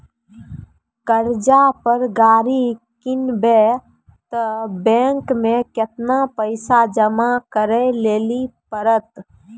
कर्जा पर गाड़ी किनबै तऽ बैंक मे केतना पैसा जमा करे लेली पड़त?